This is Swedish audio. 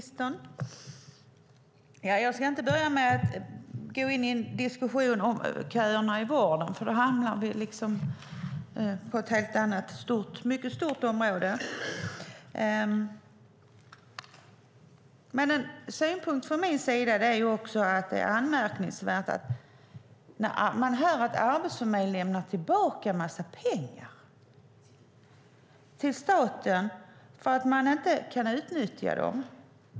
Herr talman och ministern! Jag ska inte gå in i en diskussion om köerna i vården, eftersom vi då hamnar på ett helt annat och mycket stort område. En synpunkt från min sida är att det är anmärkningsvärt att höra att Arbetsförmedlingen lämnar tillbaka en massa pengar till staten för att man inte kan utnyttja dem.